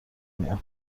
میاد